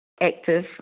active